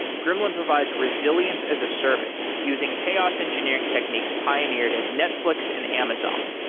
gremlin provides resilience as a service using chaos engineering techniques pioneered at netflix and amazon.